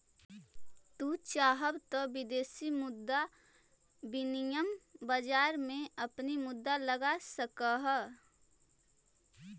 तू चाहव त विदेशी मुद्रा विनिमय बाजार में अपनी मुद्रा लगा सकलअ हे